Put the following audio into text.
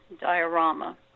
diorama